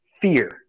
fear